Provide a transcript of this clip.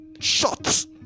Shots